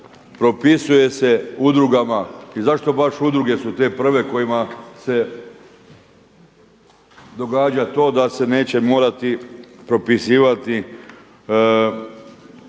propisuje se udrugama i zašto baš udruge su te prve kojima se događa to da se neće morati propisivati